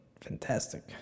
fantastic